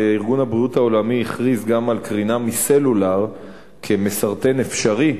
כשארגון הבריאות העולמי הכריז גם על קרינה מסלולר כמסרטן אפשרי,